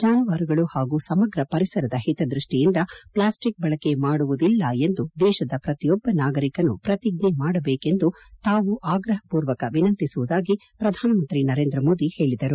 ಜಾನುವಾರುಗಳು ಹಾಗೂ ಸಮಗ್ರ ಪರಿಸರದ ಹಿತದೃಷ್ಟಿಯಿಂದ ಪ್ಲಾಸ್ಟಿಕ್ ಬಳಕೆ ಮಾಡುವುದಿಲ್ಲ ಎಂದು ದೇಶದ ಪ್ರತಿಯೊಬ್ಬ ನಾಗರಿಕನೂ ಪ್ರತಿಜ್ಞೆ ಮಾಡಬೇಕೆಂದು ತಾವು ಅಗ್ರಹಪೂರ್ವಕ ವಿನಂತಿಸುವುದಾಗಿ ಪ್ರಧಾನಮಂತ್ರಿ ನರೇಂದ್ರ ಮೋದಿ ಹೇಳಿದರು